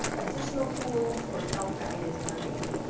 additional tools for self guided learning.